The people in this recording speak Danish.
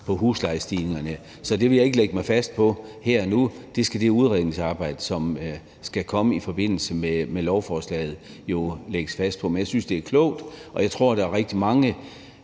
få belyst. Så det vil jeg ikke lægge mig fast på her og nu. Det skal det udredningsarbejde, som skal komme i forbindelse med lovforslaget, jo belyse. Men jeg synes, det er klogt, og jeg tror, der er rigtig mange